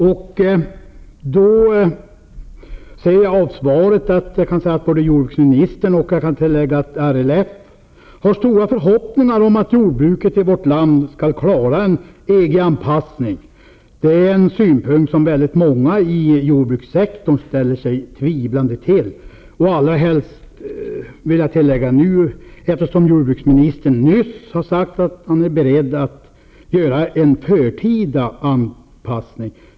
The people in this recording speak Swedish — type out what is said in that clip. Jag kan se av svaret att jordbruksministern har stora förhoppningar om att jordbruket i vårt land skall klara en EG-anpassning. Jag kan tillägga att detta även gäller LRF. Det är en synpunkt som många i jordbrukssektorn ställer sig tvivlande till och allra helst nu, eftersom jordbruksministern nyss har sagt att han är beredd att göra en förtida anpassning.